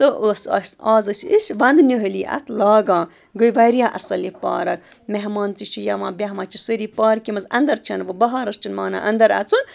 تہٕ ٲس اَسہِ آز ٲسی أسۍ وَنٛدٕ نِہٲلی اَتھ لاگان گٔے واریاہ اَصٕل یہِ پارک مہمان تہِ چھِ یِوان بیٚہوان چھِ سٲری پارکہِ منٛز اَنٛدر چھَنہٕ وۄنۍ بَہارَس چھِنہٕ مانان اَنٛدَر اَژُن